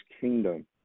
kingdom